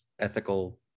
ethical